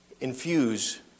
infuse